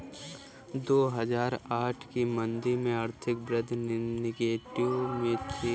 दो हजार आठ की मंदी में आर्थिक वृद्धि नेगेटिव में थी